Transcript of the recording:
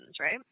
right